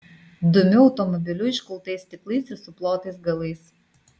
dumiu automobiliu iškultais stiklais ir suplotais galais